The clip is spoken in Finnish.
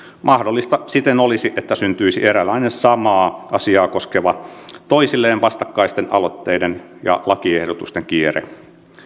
mahdollista siten olisi että syntyisi eräänlainen samaa asiaa koskevien toisilleen vastakkaisten aloitteiden ja lakiehdotusten kierre